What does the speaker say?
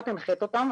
את הנחית אותם,